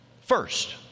first